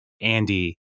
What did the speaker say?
andy